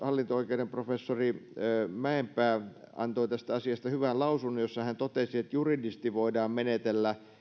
hallinto oikeuden emeritusprofessori mäenpää antoi tästä asiasta hyvän lausunnon jossa hän totesi että juridisesti voidaan menetellä